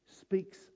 speaks